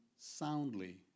soundly